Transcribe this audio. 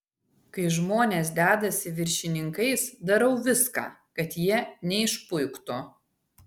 kai žmonės dedasi viršininkais darau viską kad jie neišpuiktų